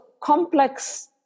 complex